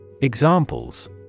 Examples